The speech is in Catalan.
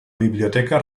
biblioteca